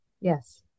Yes